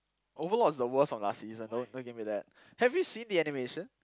overlord was the worst of last season don't don't give me that have you seen the animation